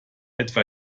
etwa